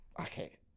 Okay